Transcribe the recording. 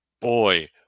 boy